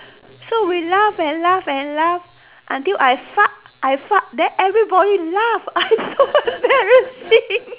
so we laugh and laugh and laugh until I fart then I fart then everybody laugh then very embarrassing